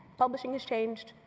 publishing has changed,